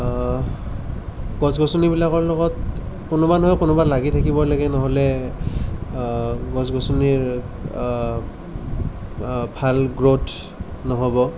গছ গছনিবিলাকৰ লগত কোনোবা নহয় কোনোবা লাগি থাকিবই লাগে নহ'লে গছ গছনিৰ ভাল গ্ৰ'থ নহ'ব